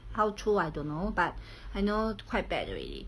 how true I don't know but I know quite bad already